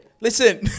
Listen